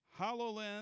HoloLens